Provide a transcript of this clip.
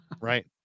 right